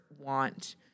want